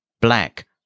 Black